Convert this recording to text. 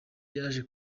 yaje